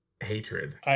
hatred